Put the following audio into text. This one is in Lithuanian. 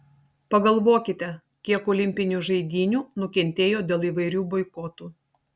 pagalvokite kiek olimpinių žaidynių nukentėjo dėl įvairių boikotų